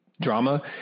drama